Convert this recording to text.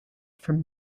from